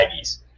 Aggies